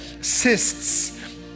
cysts